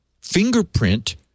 fingerprint